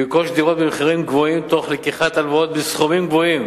לרכוש דירות במחירים גבוהים תוך לקיחת הלוואות בסכומים גבוהים.